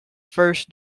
first